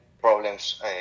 problems